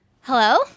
Hello